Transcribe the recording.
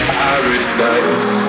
paradise